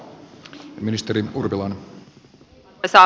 arvoisa puhemies